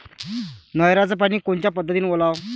नयराचं पानी कोनच्या पद्धतीनं ओलाव?